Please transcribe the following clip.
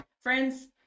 Friends